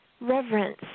reverence